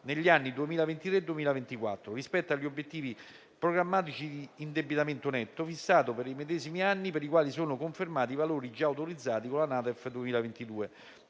negli anni 2023 e 2024 rispetto agli obiettivi programmatici di indebitamento netto fissato per i medesimi anni, per i quali sono confermati i valori già autorizzati con la NADEF 2022.